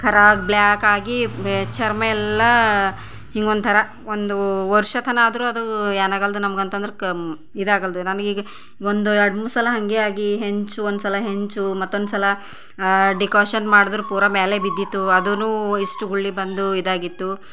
ಕರ್ರಗ black ಆಗಿ ಚರ್ಮ ಎಲ್ಲ ಹಿಂಗೆ ಒಂಥರ ಒಂದು ವರ್ಷ ತನಕ ಆದರೂ ಅದು ಎನಾಗಲ್ದು ನಮ್ಗೆ ಅಂತಂದ್ರೆ ಕ ಇದಾಗಲ್ದು ನನಗೆ ಈಗ ಒಂದು ಎರ್ಡು ಮೂರು ಸಲ ಹಾಗೆ ಆಗಿ ಹೆಂಚು ಒಂದು ಸಲ ಹೆಂಚು ಮತ್ತೊಂದು ಸಲ ಡಿಕಾಕ್ಷನ್ ಮಾಡಿದ್ರು ಪೂರಾ ಮ್ಯಾಲೆ ಬಿದ್ದಿತ್ತು ಅದೂ ಎಷ್ಟು ಗುಳ್ಳೆ ಬಂದು ಇದಾಗಿತ್ತು